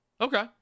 Okay